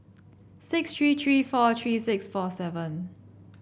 six three three four three six four seven